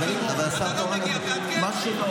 אתה לא מגיע, תעדכן.